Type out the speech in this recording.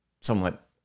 somewhat